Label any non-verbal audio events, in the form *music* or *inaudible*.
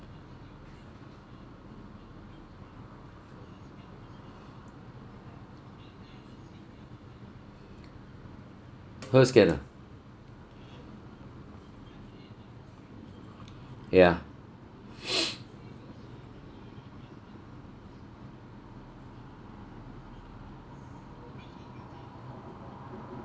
hers can ah ya *breath*